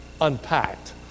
unpacked